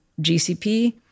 GCP